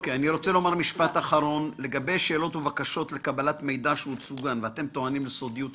לגבי שאלות ובקשות לקבלת מידע שהוצגו כאן ואתם טוענים לסודיות הנתונים,